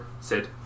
Sid